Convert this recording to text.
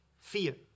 Fear